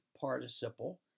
participle